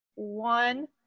one